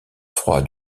froid